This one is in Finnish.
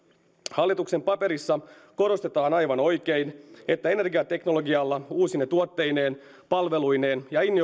hallituksen paperissa korostetaan aivan oikein että energiateknologialla uusine tuotteineen palveluineen ja